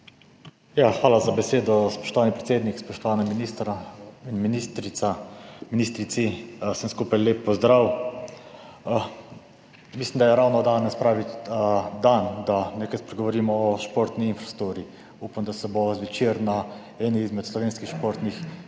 Hvala za besedo, spoštovani podpredsednik. Spoštovana ministra in ministrici, vsem skupaj lep pozdrav! Mislim, da je ravno danes pravi dan, da spregovorimo o športni infrastrukturi. Upam, da se bo zvečer na eni izmed slovenskih športnih